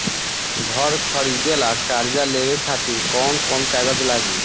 घर खरीदे ला कर्जा लेवे खातिर कौन कौन कागज लागी?